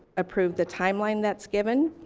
approve the timeline that's given,